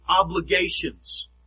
obligations